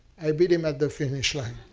i beat him at the finish line.